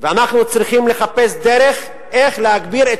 ואנחנו צריכים לחפש דרך איך להגביר את